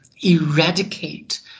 eradicate